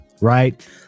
right